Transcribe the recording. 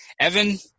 Evan